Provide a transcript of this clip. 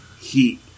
heat